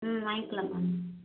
ம் வாங்கிக்கலாம் மேம்